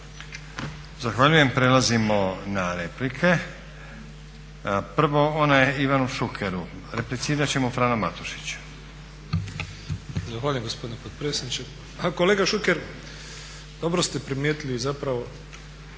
Zahvaljujem. Prelazimo na replike. Prvo ona je Ivanu Šukeru. Replicirat će mu Frano Matušić. **Matušić, Frano (HDZ)** Zahvaljujem gospodine potpredsjedniče. Kolega Šuker, dobro ste primijetili zapravo